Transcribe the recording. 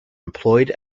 employed